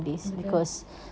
betul